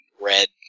red